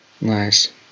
Nice